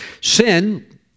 Sin